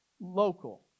local